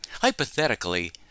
Hypothetically